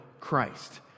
Christ